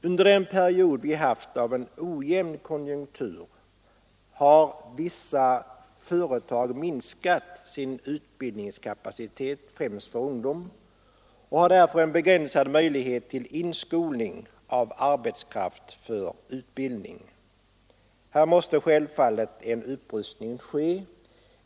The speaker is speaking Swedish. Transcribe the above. Under den period vi haft av ojämn konjunktur har vissa företag minskat sin utbildningskapacitet främst för ungdom och har därför en begränsad möjlighet till inskolning av arbetskraft för utbildning. Här måste självfallet en upprustning ske.